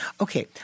Okay